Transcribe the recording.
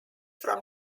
from